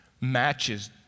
matches